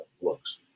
works